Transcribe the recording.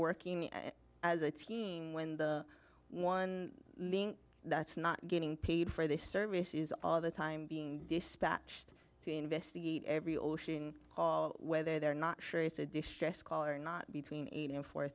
working as a team when the one that's not getting paid for this service is all the time being dispatched to investigate every ocean call whether they're not sure it's a distress call or not between eight and four